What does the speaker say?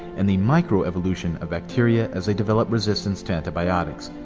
in the micro-evolution of bacteria as they develop resistance to antibiotics.